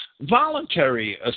voluntary